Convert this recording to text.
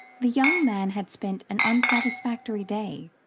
the young man had spent an unsatisfactory day.